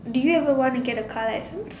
do you ever want to get a car licence